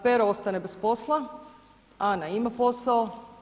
Pero ostane bez posla, Ana ima posao.